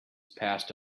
passed